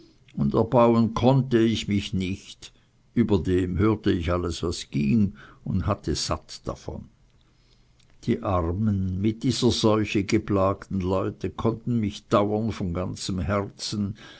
erbauen konnte ich mich nicht überdem hörte ich alles was ging und hatte satt davon die armen mit dieser seuche geplagten leute konnten mich dauern von ganzem herzen